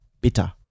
Bitter